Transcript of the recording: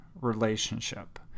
relationship